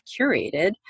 curated